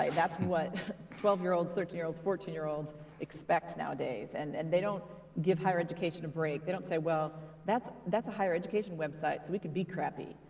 that's what twelve year olds, thirteen year olds, fourteen year olds expect nowadays. and and they don't give higher education a break. they don't say, well, that's that's a higher education website, so we can be crappy.